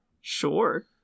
Sure